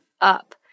up